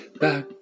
back